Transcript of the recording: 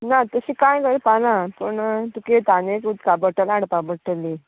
ना तशे कांय मेळपाना पूण तुका हांगा एक उदका बोटल हाडपा पडटली